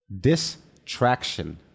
Distraction